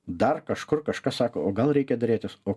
dar kažkur kažkas sako o gal reikia derėtis o